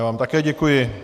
Já vám také děkuji.